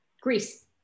Greece